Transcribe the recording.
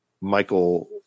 Michael